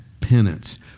penance